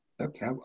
okay